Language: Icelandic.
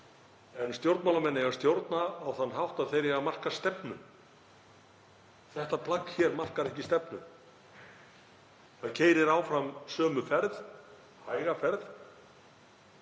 En stjórnmálamenn eiga að stjórna á þann hátt að þeir eigi að marka stefnu. Þetta plagg hér markar ekki stefnu. Það keyrir áfram á sömu ferð, á hægri ferð,